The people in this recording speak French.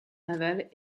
navale